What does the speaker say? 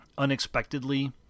unexpectedly